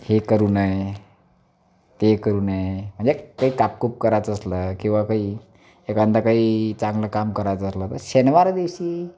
हे करू नये ते करू नये म्हणजे काही काप कूप करायचं असलं किंवा काही एखादा काही चांगलं काम करायचं असलं तर शनिवार दिवशी